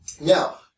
Now